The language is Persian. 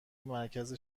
مرکز